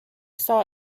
saw